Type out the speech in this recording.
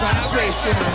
Vibration